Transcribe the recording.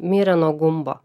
mirė nuo gumbo